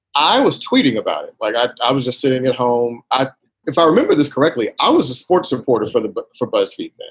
i was tweeting about it like i i was just sitting at home. i if i remember this correctly, i was a sports reporter for the but for buzzfeed.